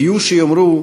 ויהיו שיאמרו,